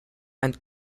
and